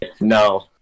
No